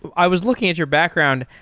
i was looking at your background,